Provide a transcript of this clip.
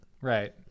right